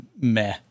meh